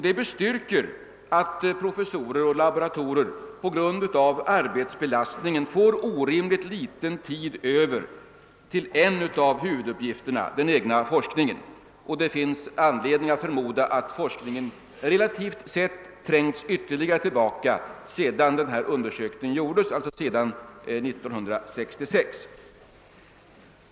Det bestyrker att professorer och laboratorer på grund av arbetsbelastningen får orimligt litet tid över till en av huvuduppgifterna — den egna forskningen. Och det finns anledning förmoda att forskningen relativt sett trängts ytterligare tillbaka sedan undersökningen gjordes 1966.